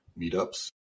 meetups